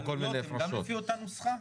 ועלויות אלו גם מחושבות לפי אותה נוסחה?